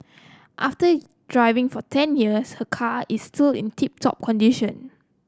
after driving for ten years her car is still in tip top condition